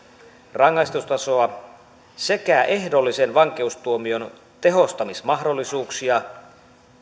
rangaistustasoa sekä ehdollisen vankeustuomion tehostamismahdollisuuksia